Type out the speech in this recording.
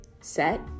set